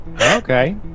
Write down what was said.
Okay